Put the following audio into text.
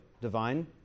divine